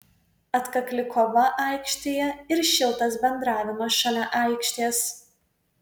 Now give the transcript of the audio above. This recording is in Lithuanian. atkakli kova aikštėje ir šiltas bendravimas šalia aikštės